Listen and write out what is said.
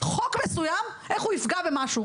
חוק מסוים איך הוא יפגע במשהו.